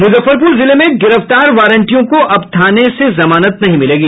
मुजफ्फरपुर जिले में गिरफ्तार वारंटियों को अब थाने से जमानत नहीं मिलेगी